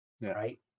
right